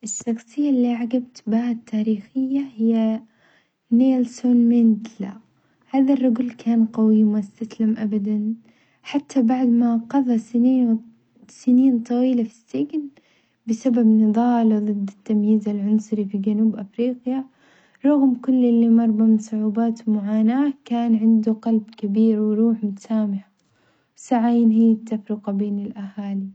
الشخصية اللي أعجبت بها التاريخية هي نيلسون مانديلا، هذا الرجل كان قوي وما استسلم أبدًا حتى بعد ما قظى سنين- سنين طويلة في السجن بسبب نظاله ظد التمييز العنصري بجنوب أفريقيا، رغم كل اللي مر به من صعوبات ومعاناة، كان عنده قلب كبير وروح متسامحة، ساعين هي التفرقة بين الأهالي.